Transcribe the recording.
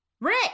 Rick